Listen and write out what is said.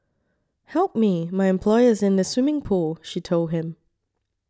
help me my employer is in the swimming pool she told him